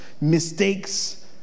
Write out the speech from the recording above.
mistakes